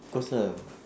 of course lah